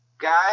Guys